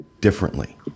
differently